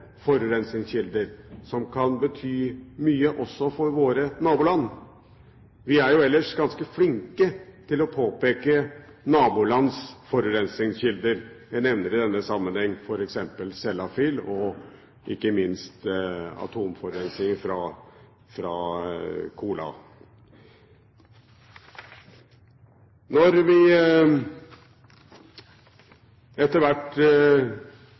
bety mye også for våre naboland. Vi er jo ellers ganske flinke til å påpeke nabolands forurensningskilder – jeg nevner i denne sammenheng Sellafield og ikke minst atomforurensningen fra Kola. Da vi etter hvert